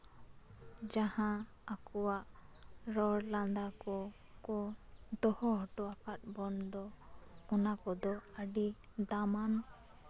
ᱡᱟᱦᱟᱸ ᱟᱠᱚᱣᱟᱜ ᱨᱚᱲ ᱞᱟᱸᱫᱟ ᱠᱚ ᱫᱚᱦᱚ ᱦᱚᱴᱚ ᱟᱠᱟᱫ ᱵᱚᱱ ᱫᱚ ᱚᱱᱟ ᱠᱚᱫᱚ ᱟᱹᱰᱤ ᱫᱟᱢᱟᱱ